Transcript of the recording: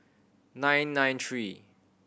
nine nine three